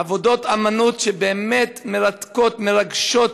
עבודות אמנות באמת מרתקות, מרגשות,